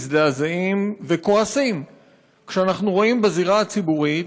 מזדעזעים וכועסים כשאנחנו רואים בזירה הציבורית